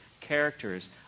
characters